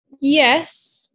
yes